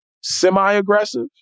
semi-aggressive